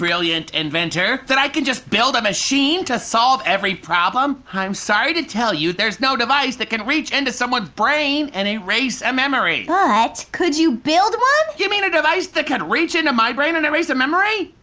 brilliant inventor, that i can just build a machine to solve every problem? i'm sorry to tell you, there's no device that can reach into someone's brain and erase a memory. but could you build one? you mean a device that could reach into my brain and erase a memory?